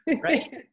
Right